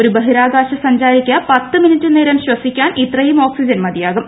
ഒരു ബഹിരാകാശ സഞ്ചാരിക്ക് പത്ത് മിനിട്ട് നേരം ശ്വസിക്കാൻ ഇത്രയും ഓക്സിജൻ മതിയാവും